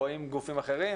או עם גופים אחרים.